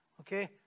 Okay